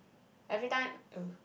every time oh